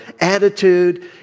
attitude